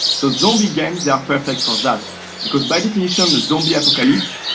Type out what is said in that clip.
so zombie games are perfect for that because by definition the zombie apocalypse,